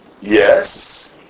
yes